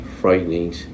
frightening